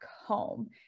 home